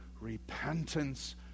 repentance